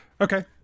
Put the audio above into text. okay